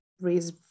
raise